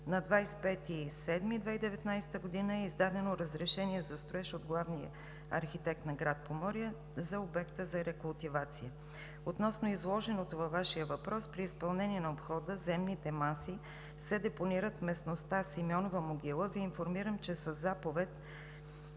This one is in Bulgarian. на 25 юли 2019 г. и е издадено разрешение за строеж от главния архитект на град Поморие за обекта за рекултивация. Относно изложеното във Вашия въпрос – при изпълнение на обхода земните маси се депонират в местността „Симеонова могила“, Ви информирам, че със заповед